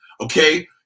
okay